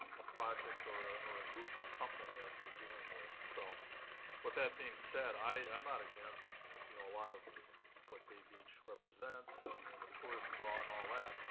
a project or ah or a group or something that they're dealing with, so with that being said, i'm not against you know a lot of what bay beach represents, and and the tourist draw and all that.